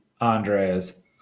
Andres